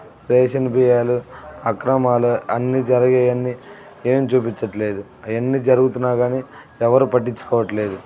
ration బియ్యాలు అక్రమాలు అన్నీ జరిగేవన్నీ ఏమి చూపించడంలేదు అవన్నీ జరుగుతున్నా కానీ ఎవరు పట్టించుకోవడంలేదు